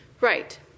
Right